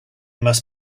must